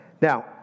Now